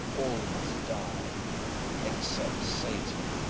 all must die except satan!